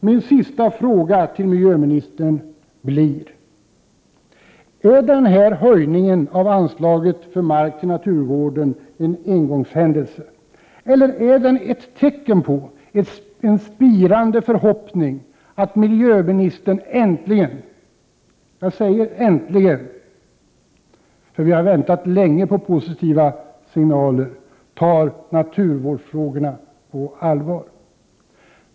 Min sista fråga till miljöministern blir: Är den här höjningen av anslaget för mark till naturvården en engångshändelse, eller är den ett tecken på en spirande förhoppning att miljöministern äntligen — jag säger äntligen, för vi har väntat länge på positiva signaler — tar naturvårdsfrågorna på allvar?